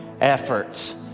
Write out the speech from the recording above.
efforts